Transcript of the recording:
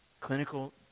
clinical